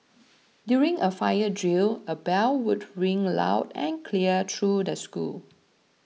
during a fire drill a bell would ring loud and clear through the school